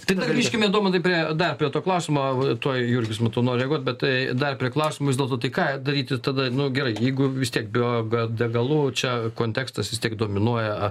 tai dar grįškime domantai prie dar prie to klausimo va tuoj jurgis matau nori reaguot bet tai dar prie klausimo vis dėl to tai ką daryti tada nu gerai jeigu vis tiek bio biodegalų čia kontekstas vistiek dominuoja